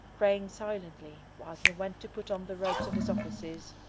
praying silently, while he went to put on the robes of his offices.